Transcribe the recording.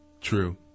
True